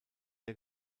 der